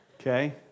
Okay